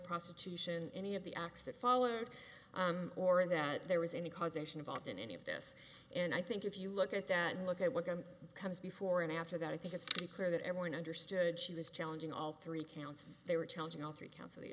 prostitution in any of the acts that followed or in that there was any causation involved in any of this and i think if you look at that and look at what comes before and after that i think it's very clear that everyone understood she was challenging all three counts they were challenging all three coun